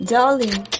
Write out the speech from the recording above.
Darling